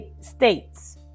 states